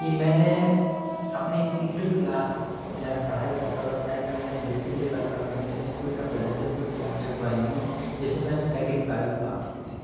कि मैंने अपने तीसरे क्लास में यहाँ पढ़ाई करता है उस टाइम पे मैंने डिस्ट्रिक लेबल पर अपने स्कूल का प्रतिनिधित्व किया था ड्राइंग में जिसमें मैंने सेकेंड प्राइज प्राप्त की थी